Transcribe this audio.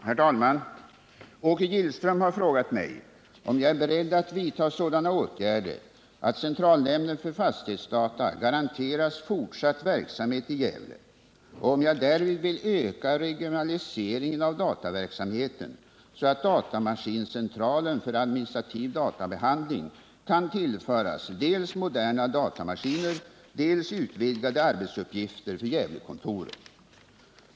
Herr talman! Åke Gillström har frågat mig om jag är beredd att vidta sådana åtgärder att centralnämnden för fastighetsdata garanteras fortsatt verksamhet i Gävle och om jag därvid vill öka regionaliseringen av dataverksamheten, så att datamaskincentralen för administrativ databehandling kan tillföras dels moderna datamaskiner, dels utvidgade arbetsuppgifter för Gävlekontoret.